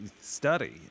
study